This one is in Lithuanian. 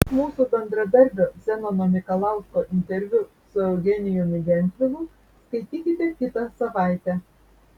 mūsų bendradarbio zenono mikalausko interviu su eugenijumi gentvilu skaitykite kitą savaitę